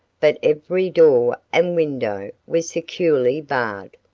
but every door and window was securely barred,